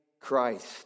Christ